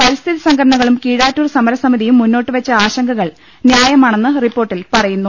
പരിസ്ഥിതി സംഘടനകളും കീഴാ റ്റൂർ സമരസമിതിയും മുന്നോട്ടുവെച്ച് ആശങ്കകൾ ന്യായമാണെന്ന് റിപ്പോർട്ടിൽ പറയുന്നു